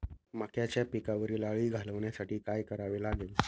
मक्याच्या पिकावरील अळी घालवण्यासाठी काय करावे लागेल?